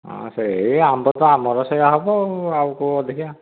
ହଁ ସେହି ଆମ୍ବ ତ ଆମର ସେୟା ହେବ ଆଉ ଆଉ କେଉଁ ଅଧିକା